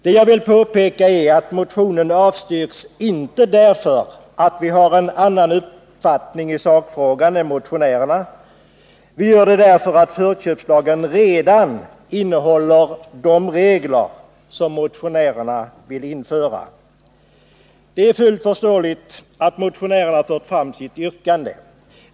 Det jag vill påpeka är att motionen avstyrks, inte därför att vi har en annan mening i sakfrågan än motionärerna, utan därför att förköpslagen redan innehåller de regler som motionärerna vill införa. Det är fullt förståeligt att motionärerna fört fram sitt yrkande.